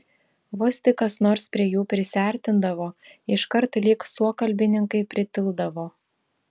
vos tik kas nors prie jų prisiartindavo iškart lyg suokalbininkai pritildavo